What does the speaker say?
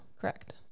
Correct